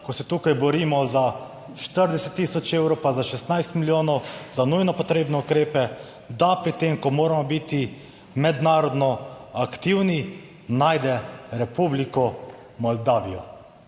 ko se tukaj borimo za 40 tisoč evrov pa za 16 milijonov za nujno potrebne ukrepe, da pri tem, ko moramo biti mednarodno aktivni, najde Republiko Moldavijo.